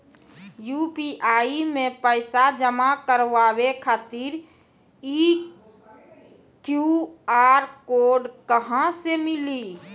UPI मे पैसा जमा कारवावे खातिर ई क्यू.आर कोड कहां से मिली?